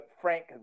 Frank